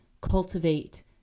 cultivate